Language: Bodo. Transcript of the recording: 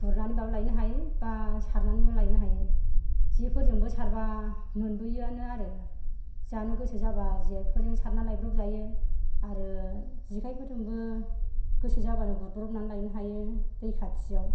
गुरनानैबाबो लायनो हायो बा सारनानैबो लायनो हायो जेफोरजोंबो सारबा मोनबोयोआनो आरो जानो गोसो जाबा जेफोरजों सारनानै लायब्रब जायो आरो जेखायफोरजोंबो गोसो जाबानो गुरब्रबनानै लायनो हायो दै खाथियाव